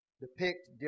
depict